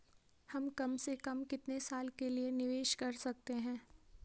हम कम से कम कितने साल के लिए निवेश कर सकते हैं?